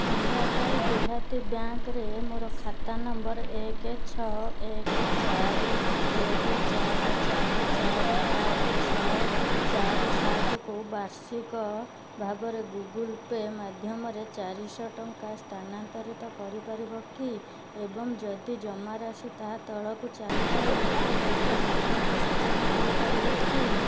ଇଲାକାଈ ଦେହାତୀ ବ୍ୟାଙ୍କ୍ରେ ମୋର ଖାତା ନମ୍ବର ଏକ ଛଅ ଏକ ଚାରି ଏକ ଚାରି ଚାରି ଚାରି ଆଠ ଛଅ ଚାରି ସାତକୁ ବାର୍ଷିକ ଭାବରେ ଗୁଗଲ୍ ପେ' ମାଧ୍ୟମରେ ଚାରିଶହ ଟଙ୍କା ସ୍ଥାନାନ୍ତରିତ କରିପାରିବ କି ଏବଂ ଯଦି ଜମାରାଶି ତାହା ତଳକୁ ଚାଲିଯାଏ ମୋତେ ଏକ ସତର୍କ ସୂଚନା ଦେଇପାରିବ କି